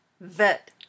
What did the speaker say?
Vet